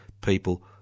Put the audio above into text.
people